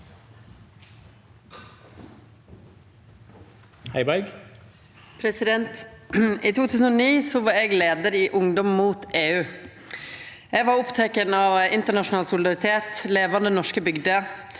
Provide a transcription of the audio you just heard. I 2009 var eg leiar i Ungdom mot EU. Eg var oppteken av internasjonal solidaritet, levande norske bygder